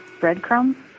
breadcrumb